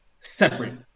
separate